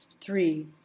Three